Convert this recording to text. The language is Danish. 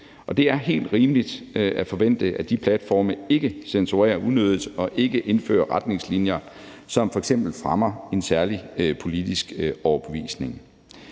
det er helt rimeligt at forvente, at de platforme ikke censurerer unødigt og ikke indfører retningslinjer, som f.eks. fremmer en særlig politisk overbevisning.